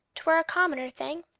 twere a commoner thing,